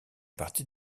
partie